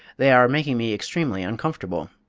they are making me extremely uncomfortable.